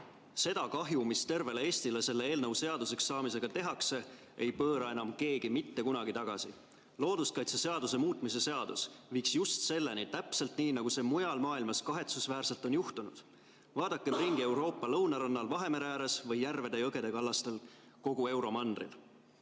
"Seda kahju, mis tervele Eestile selle eelnõu seaduseks saamisega tehakse, ei pööra enam keegi mitte kunagi tagasi. [...] "Looduskaitseseaduse muutmise seadus" viiks just selleni, täpselt nii nagu see mujal maailmas kahetsusväärselt on juhtunud: vaadakem ringi Euroopa lõunarannal Vahemere ääres või järvede‑jõgede kallastel kogu euromandril.